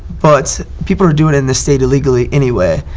but people are doing it in the state illegally anyway.